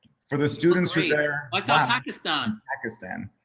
for the students there? i saw, pakistan. pakistan.